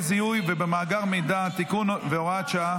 בעיה, לצה"ל